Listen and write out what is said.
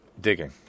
Digging